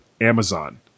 Amazon